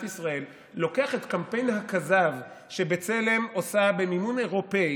ישראל לוקח את קמפיין הכזב שבצלם עושה במימון אירופי